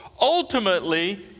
ultimately